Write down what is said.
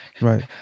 Right